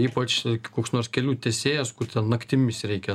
ypač koks nors kelių teisėjas naktimis reikia